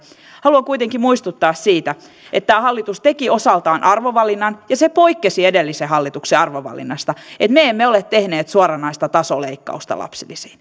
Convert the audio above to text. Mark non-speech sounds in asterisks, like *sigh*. haluan kuitenkin muistuttaa siitä että tämä hallitus teki osaltaan arvovalinnan ja poikkesi edellisen hallituksen arvovalinnasta että me emme ole tehneet suoranaista tasoleikkausta lapsilisiin *unintelligible*